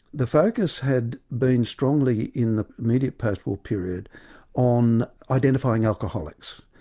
the focus had been strongly in the immediate post-war period on identifying alcoholics,